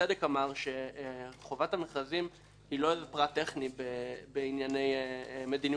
שחובת המכרזים אינה פרט טכני בענייני מדיניות הקצאת